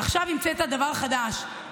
עכשיו המצאת דבר חדש,